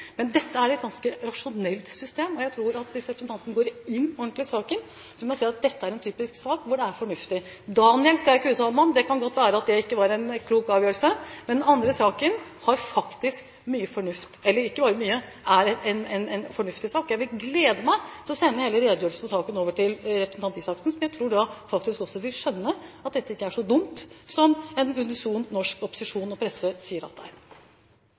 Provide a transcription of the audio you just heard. Men dette er et ganske rasjonelt system, og jeg tror at hvis representanten går ordentlig inn i saken, vil han se at dette er en typisk sak hvor det er fornuftig. Daniel skal jeg ikke uttale meg om, det kan godt være at det ikke var en klok avgjørelse, men den andre saken er en fornuftig sak. Jeg gleder meg til å sende hele redegjørelsen og saken over til representanten Røe Isaksen, som jeg tror faktisk vil skjønne at dette ikke er så dumt som en unison norsk presse og opposisjon sier at det er. Disse enkeltsakenes funksjon er først og fremst å illustrere. Jeg synes statsråden sier noe viktig når hun sier at